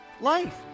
life